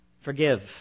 forgive